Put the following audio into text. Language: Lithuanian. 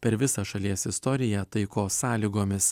per visą šalies istoriją taikos sąlygomis